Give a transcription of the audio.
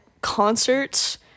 concerts